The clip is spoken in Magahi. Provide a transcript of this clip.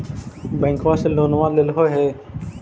बैंकवा से लोनवा लेलहो हे?